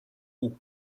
haut